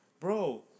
Bro